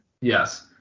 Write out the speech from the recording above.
Yes